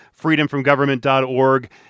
freedomfromgovernment.org